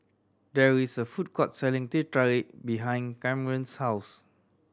there is a food court selling Teh Tarik behind Kamren's house